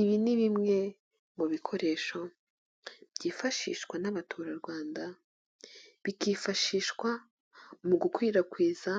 Ibi ni bimwe mu bikoresho byifashishwa n'abaturarwanda bikifashishwa mu gukwirakwiza